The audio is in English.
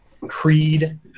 Creed